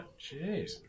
Jeez